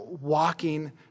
walking